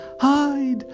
Hide